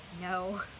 No